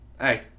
Hey